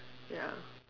ya